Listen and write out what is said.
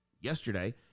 yesterday